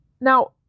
Now